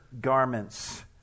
garments